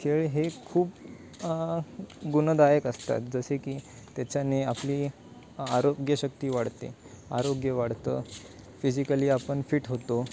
खेळ हे खूप गुणदायक असतात जसे की त्याच्याने आपली आरोग्यशक्ती वाढते आरोग्य वाढतं फिजिकली आपण फिट होतो